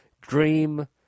dream